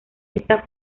está